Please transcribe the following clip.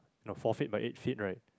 no four feet by eight feet right